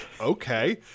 okay